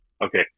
Okay